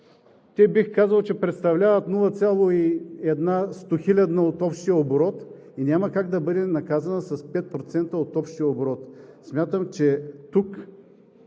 бих казал, че те представляват 0,1 стохилядна от общия оборот и няма как да бъде наказан с 5% от общия оборот. Смятам, че тук